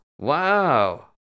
wow